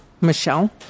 Michelle